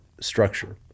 structure